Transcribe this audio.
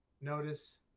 notice